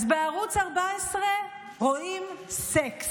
אז בערוץ 14 רואים סקס,